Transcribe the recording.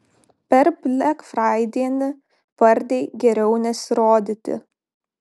per blekfraidienį pardėj geriau nesirodyti